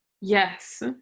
Yes